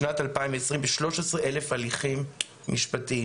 שנת 2020 ב-13,000 הליכים משפטיים,